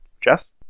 Jess